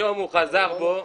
היום הוא חזר בו,